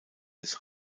des